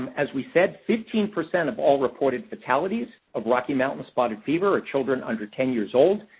as we said, fifteen percent of all reported fatalities of rocky mountain spotted fever are children under ten years old.